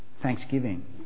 thanksgiving